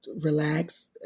relax